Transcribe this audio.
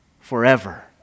forever